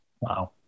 Wow